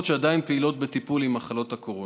שעדיין פעילות בטיפול במחלות הקורונה.